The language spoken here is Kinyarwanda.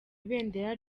ibendera